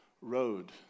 road